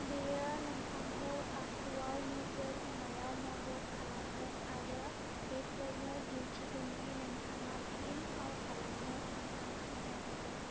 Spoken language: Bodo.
बेयो नोंथांखौ आखुआव नोजोर होनायाव मद'द खालामगोन आरो बेसोरनो दिन्थिगोन दि नोंथाङा फिन फाव खालामनो सानथांखि लायाखै